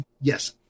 yes